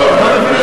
יש לנו דמוקרטיה